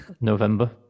November